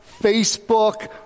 Facebook